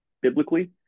biblically